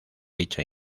dicha